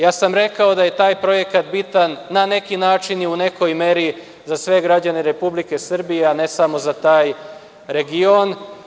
Ja sam rekao da je taj projekat bitan, na neki način i u nekoj meri, za sve građane Republike Srbije, a ne samo za taj region.